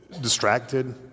distracted